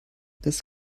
this